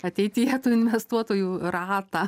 ateityje tų investuotojų ratą